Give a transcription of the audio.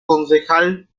concejal